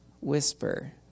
whisper